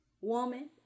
Woman